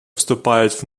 вступает